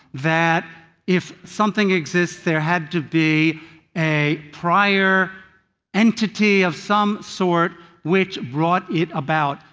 that if something exists there had to be a prior entity of some sort which brought it about.